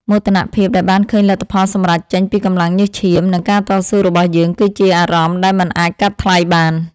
មោទនភាពដែលបានឃើញលទ្ធផលសម្រេចចេញពីកម្លាំងញើសឈាម និងការតស៊ូរបស់យើងគឺជាអារម្មណ៍ដែលមិនអាចកាត់ថ្លៃបាន។